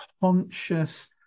conscious